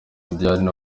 diane